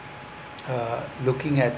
uh looking at